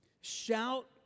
Shout